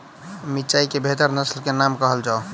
मिर्चाई केँ बेहतर नस्ल केँ नाम कहल जाउ?